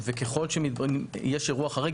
ככל שיש אירוע חריג,